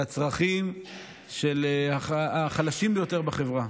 לצרכים של החלשים ביותר בחברה.